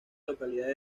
localidad